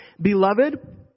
Beloved